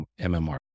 MMR